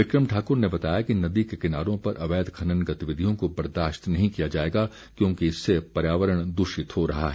बिक्रम ठाक्र ने बताया कि नदी के किनारों पर अवैध खनन गतिविधियों को बर्दाश्त नहीं किया जाएगा क्योंकि इससे पर्यावरण दूषित हो रहा है